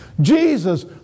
Jesus